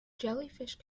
jellyfish